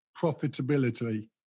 profitability